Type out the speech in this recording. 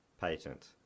Patent